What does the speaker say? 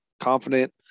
confident